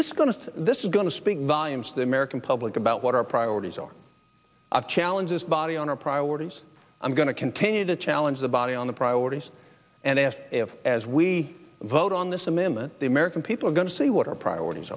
to this is going to speak volumes to the american public about what our priorities are challenge this body on our priorities i'm going to continue to challenge the body on the priorities and ask as we vote on this amendment the american people are going to see what our priorities